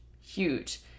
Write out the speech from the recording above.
huge